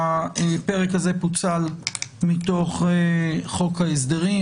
הפרק הזה פוצל מתוך חוק ההסדרים,